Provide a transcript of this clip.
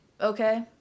okay